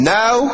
now